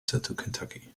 kentucky